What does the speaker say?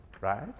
right